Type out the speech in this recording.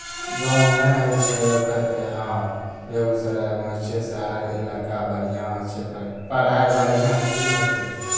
गाँवमे नहि होइत छै एगो कहतै हँ बेगूसरायमे होइ छै शहर इलाका बढ़िआँ होइ छै प पढ़ाइ बढ़िआँ की होतै